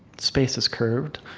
space is curved,